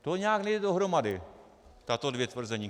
To nějak nejde dohromady, tato dvě tvrzení.